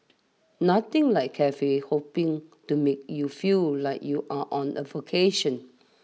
nothing like cafe hopping to make you feel like you're on a vocation